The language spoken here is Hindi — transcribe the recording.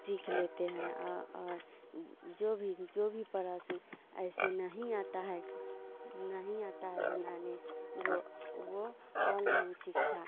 सीख लेते हैं और जो भी जो भी प्रश्न ऐसे नहीं आता है नहीं आता है बनाने वो वो अललाइन शिक्षा